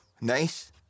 Nice